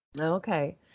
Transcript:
Okay